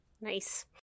Nice